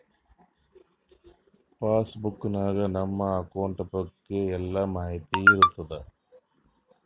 pass book ನಾಗ್ ನಮ್ account ಬಗ್ಗೆ ಎಲ್ಲಾ ಮಾಹಿತಿ ಇರ್ತಾದ